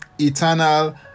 eternal